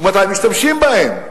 ומתי משתמשים בהן.